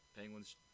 Penguins –